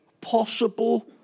possible